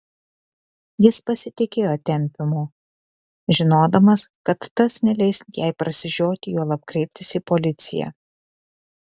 jis pasitikėjo tempiumi žinodamas kad tas neleis jai prasižioti juolab kreiptis į policiją